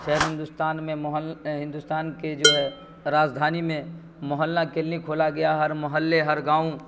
شہر ہندوستان میں موہل ہندوستان کے جو ہے راجدھانی میں محلہ کلنک کھولا گیا ہر محلے ہر گاؤں